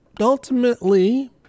Ultimately